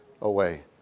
away